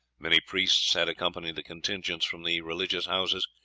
many priests had accompanied the contingents from the religious houses,